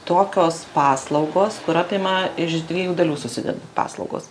tokios paslaugos kur apima iš dviejų dalių susideda paslaugos